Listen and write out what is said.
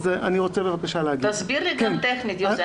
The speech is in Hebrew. תסביר לי טכנית, יוסי.